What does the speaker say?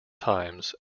times